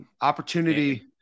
Opportunity